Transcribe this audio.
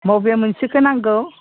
बबे मोनसेखौ नांगौ